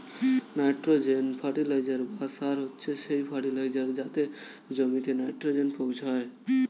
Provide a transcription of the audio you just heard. nitrogen fertiliser বা সার হচ্ছে সেই ফার্টিলাইজার যাতে জমিতে নাইট্রোজেন পৌঁছায়